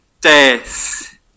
death